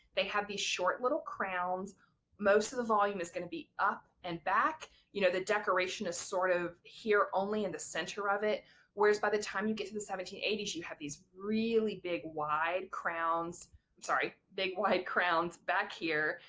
they have these short little crowns most of the volume is going to be up and back you know the decoration is sort of here only in the center of it whereas by the time you get to the seventeen eighty s you have these really big wide crowns i'm sorry big wide crowns back here.